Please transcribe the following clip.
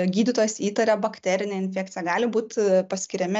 gydytojas įtaria bakterinę infekciją gali būt paskiriami